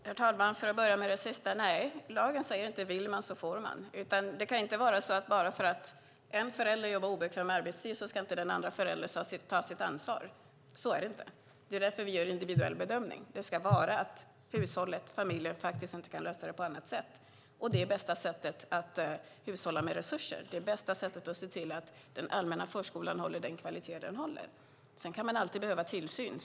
Herr talman! Jag börjar med det sista. Nej, lagen säger inte: Vill man så får man. Det kan inte vara så att bara för att en förälder jobbar obekväm arbetstid ska inte den andra föräldern ta sitt ansvar. Så är det inte. Det är därför vi gör en individuell bedömning. Det ska handla om att hushållet och familjen inte kan lösa detta på annat sätt. Det är också det bästa sättet att hushålla med resurser och att se till att den allmänna förskolan håller den kvalitet som den håller. Sedan kan man som sagt alltid behöva tillsyn.